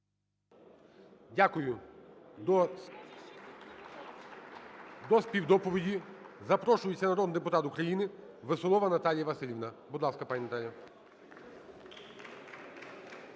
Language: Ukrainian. Дякую. До співдоповіді запрошується народний депутата України Веселова Наталія Василівна. Будь ласка, пані Наталя.